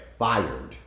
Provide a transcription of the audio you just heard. fired